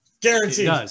Guaranteed